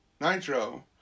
Nitro